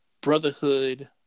Brotherhood